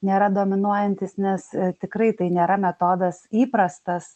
nėra dominuojantys nes tikrai tai nėra metodas įprastas